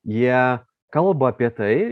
jie kalba apie tai